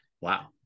Wow